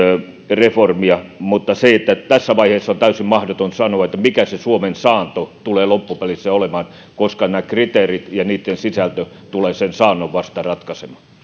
reformia mutta tässä vaiheessa on täysin mahdotonta sanoa mikä se suomen saanto tulee loppupelissä olemaan koska nämä kriteerit ja niitten sisältö tulevat sen saannon vasta ratkaisemaan